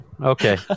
okay